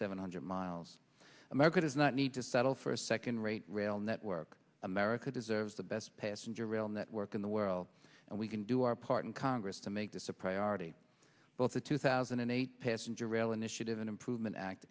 seven hundred miles america does not need to settle for a second rate rail network america deserves the best passenger rail network in the world and we can do our part in congress to make this a priority both the two thousand and eight passenger rail initiative an improvement act